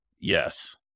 Yes